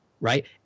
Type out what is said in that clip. right